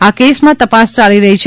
આ કેસમાં તપાસ યાલી રહી છે